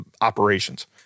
operations